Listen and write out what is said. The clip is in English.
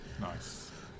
Nice